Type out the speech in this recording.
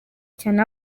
cyane